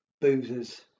boozers